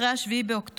אחרי 7 באוקטובר,